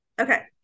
Okay